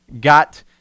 got